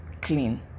clean